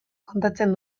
kontatzen